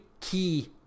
key